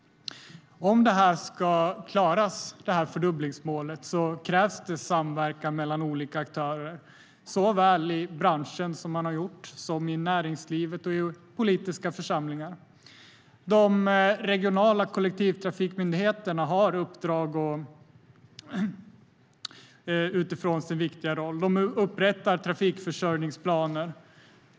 Om fördubblingsmålet ska klaras krävs det samverkan mellan olika aktörer, såväl i branschen som i näringslivet och i politiska församlingar. De regionala kollektivtrafikmyndigheterna har uppdrag utifrån sin viktiga roll. De upprättar trafikförsörjningsplaner.